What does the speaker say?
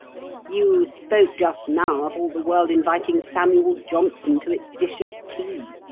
you spoke just now of all the world inviting samuel johnson to its dish of tea.